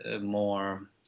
more